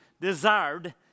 desired